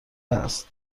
است